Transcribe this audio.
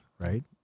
right